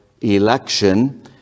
election